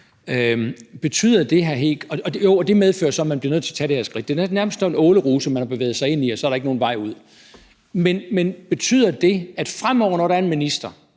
advokater. Og det medfører så, at man bliver nødt til at tage det her skridt. Det er nærmest sådan en åleruse, man har bevæget sig ind i, og så er der ikke nogen vej ud. Men betyder det, at fremover, når der er en minister,